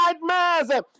nightmares